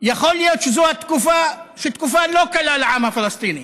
יכול להיות שזו תקופה שהיא לא קלה לעם הפלסטיני.